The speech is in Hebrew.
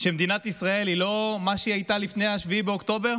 שמדינת ישראל היא לא מה שהיא הייתה לפני 7 באוקטובר?